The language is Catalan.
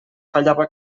fallava